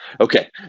Okay